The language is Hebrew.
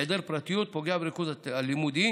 והיעדר פרטיות פוגע בריכוז הלימודי.